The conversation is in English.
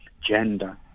gender